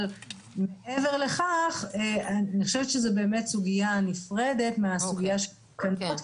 אבל מעבר לכך אני חושבת שזה באמת סוגיה נפרדת מהסוגיה של התקנות,